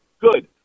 Good